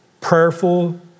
prayerful